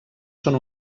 són